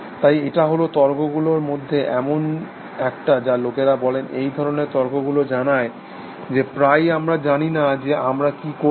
তাই এটা হল তর্কগুলোর মধ্যে একটা যা লোকেরা বলেন এই ধরণের তর্কগুলো জানায় যে প্রায়ই আমরা জানি না যে আমরা কি করছি